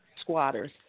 squatters